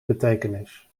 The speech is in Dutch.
betekenis